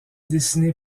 dessinée